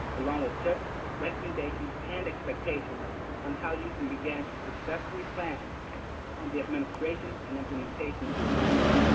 along with tips, recommendations, and expectations on how you can begin to successfully plan on the administration and implementation of your grant.